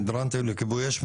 ההידרטיים לכיבוי אש,